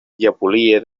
llepolia